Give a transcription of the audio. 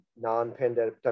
non-pandemic